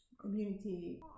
community